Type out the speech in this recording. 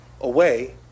away